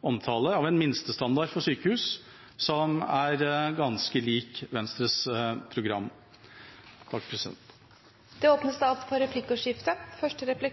omtale av en minstestandard for sykehus som er ganske lik Venstres programformulering. Det blir replikkordskifte. Det